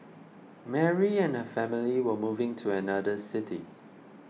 Mary and family were moving to another city